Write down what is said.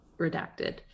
redacted